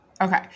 Okay